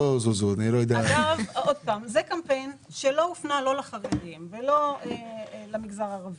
זה קמפיין שהופנה לא לחרדים ולא למגזר הערבי.